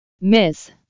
Miss